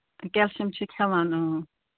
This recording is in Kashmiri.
کیلشن چھِ کھٮ۪وان اۭں